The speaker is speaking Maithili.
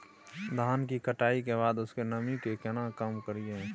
धान की कटाई के बाद उसके नमी के केना कम करियै?